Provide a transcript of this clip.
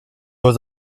was